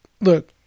look